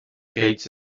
gates